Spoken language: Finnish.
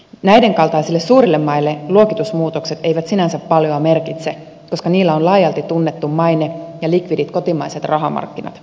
näiden kaltaisille suurille maille luokitusmuutokset eivät sinänsä paljoa merkitse koska niillä on laajalti tunnettu maine ja likvidit kotimaiset rahamarkkinat